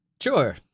Sure